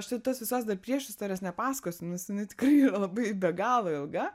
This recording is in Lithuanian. štai tos visos dar priešistorės nepasakosiu nes jinai tikrai yra labai be galo ilga